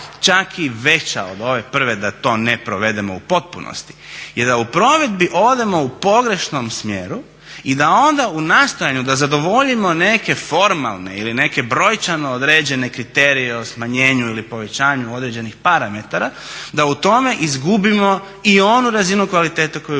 čak i veća od ove prve da to ne provedemo u potpunosti je da u provedbi odemo u pogrešnom smjeru i da onda u nastojanju da zadovoljimo neke formalne ili neke brojčano određene kriterije o smanjenju ili povećanju određenih parametara da u tome izgubimo i onu razinu kvalitete koju imamo.